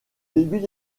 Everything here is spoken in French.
début